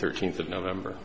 thirteenth of november